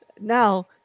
Now